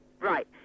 Right